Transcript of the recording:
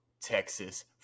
Texas